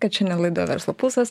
kad šiandien laida verslo pulsas